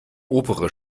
obere